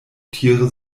tiere